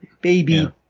baby